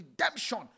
redemption